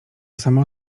samo